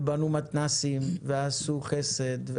ובנו מתנ"סים ועשו חסד.